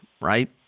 right